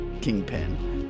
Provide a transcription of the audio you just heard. kingpin